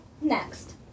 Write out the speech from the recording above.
Next